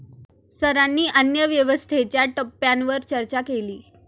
सरांनी अन्नव्यवस्थेच्या टप्प्यांवर चर्चा केली